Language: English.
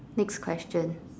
next question